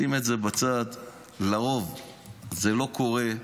שים את זה בצד, לרוב זה לא קורה.